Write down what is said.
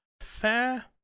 fair